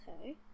Okay